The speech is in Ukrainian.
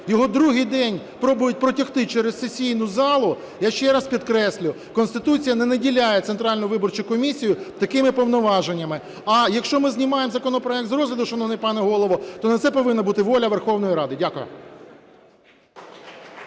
його другий день пробують протягти через сесійну залу. Я ще раз підкреслюю, Конституція не наділяє Центральну виборчу комісію такими повноваженнями. А якщо ми знімаємо законопроект з розгляду, шановний пане Голово, то на це повинна бути воля Верховної Ради. Дякую.